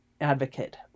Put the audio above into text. advocate